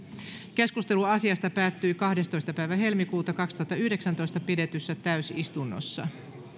keskustelu asiasta päättyi kahdestoista toista kaksituhattayhdeksäntoista pidetyssä täysistunnossa